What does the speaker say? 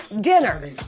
Dinner